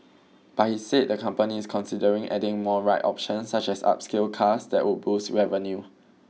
but he said the company is considering adding more ride options such as upscale cars that would boost revenue